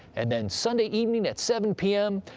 and then sunday evening at seven pm,